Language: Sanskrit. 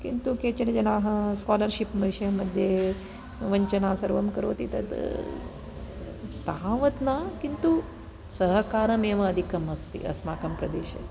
किन्तु केचन जनाः स्कालर्शिप् विषय मध्ये वञ्चना सर्वं करोति तद् तावद् न किन्तु सहकारमेव अधिकम् अस्ति अस्माकं प्रदेशे